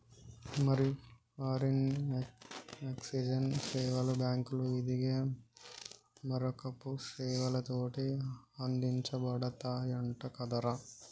మరి foreign exchange సేవలు బాంకులు, ఇదిగే మారకపు సేవలతోటి అందించబడతయంట కదరా